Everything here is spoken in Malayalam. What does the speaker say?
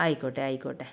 ആയിക്കോട്ടെ ആയിക്കോട്ടെ